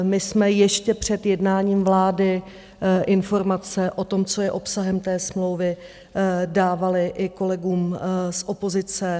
My jsme ještě před jednáním vlády informace o tom, co je obsahem té smlouvy, dávali i kolegům z opozice.